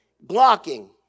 blocking